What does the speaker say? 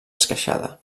esqueixada